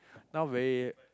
now very